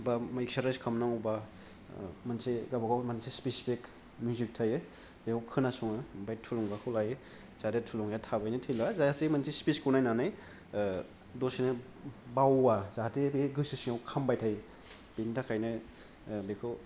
बा मैक्ससारायस खालाम नांगौबा मोनसे मोनसे गावबा गाव मोनसे स्पेसिपिक मिउजिक थायो बेव खोनासङो ओमफाय थुलुंगाखौ लायो जाहाथे थुलुंगाया थाबैनो थैलाङा जायहासथे मोनसे स्पेसखौ नायनानै दसेनो बावा जाहाथे बियो गोसो सिंआव खामबाय थायो बेनि थाखायनो बेखौ